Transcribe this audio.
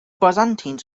byzantines